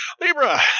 Libra